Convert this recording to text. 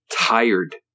tired